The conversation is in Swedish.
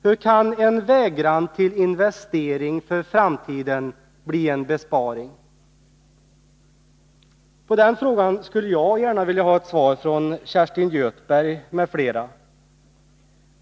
Hur kan en vägran att investera för framtiden bli en besparing? På den frågan skulle jag gärna vilja ha ett svar från Kerstin Göthberg m.fl.